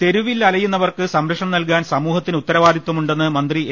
തെരുവിൽ അലയുന്നവർക്ക് സംരക്ഷണം നൽകാൻ സമൂഹ ത്തിന് ഉത്തരവാദിത്വമുണ്ടെന്ന് മന്ത്രി എ